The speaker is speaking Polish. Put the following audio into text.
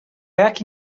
jaki